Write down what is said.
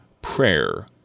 Prayer